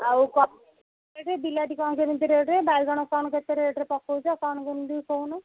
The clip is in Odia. ଆଉ କଣ ବିଲାତି କଣ କେମିତି ରେଟ୍ ବାଇଗଣ କଣ କେତେ ରେଟ୍ ରେ ପକଉଛ କଣ କେମିତି କହୁନ